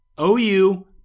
OU